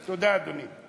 תודה, אדוני.